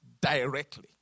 directly